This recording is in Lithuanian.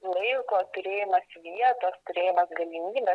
laiko turėjimas vietos turėjimas galimybės